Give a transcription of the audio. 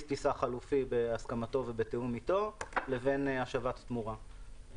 טיסה חלופי בהסכמתו ובתיאום אתו לבין השבת תמורה,